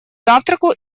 завтраку